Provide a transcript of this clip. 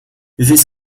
this